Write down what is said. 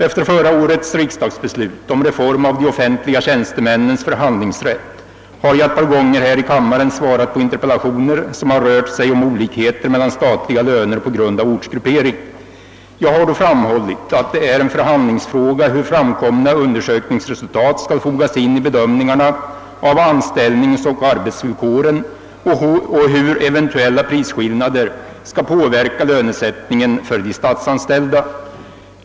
Efter förra årets riksdagsbeslut om reform av de offentliga tjänstemännens förhandlingsrätt har jag ett par gånger här i kammaren svarat på interpellationer, som har rört sig om olikheter mellan statliga löner på grund av ortsgruppering. Jag har då framhållit att det är en förhandlingsfråga hur framkomna undersökningsresultat skall fogas in i bedömningarna av anställningsoch arbetsvillkoren och hur eventuella prisskillnader skall påverka lönesättningen för de statsanställda.